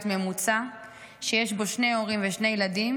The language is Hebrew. ממוצע שיש בו שני הורים ושני ילדים,